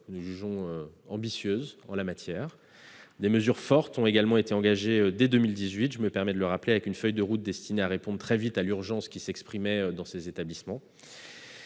propositions ambitieuses. Des mesures fortes ont également été engagées dès 2018, je le rappelle, avec une feuille de route destinée à répondre très vite à l'urgence qui s'exprimait dans ces établissements.